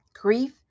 Grief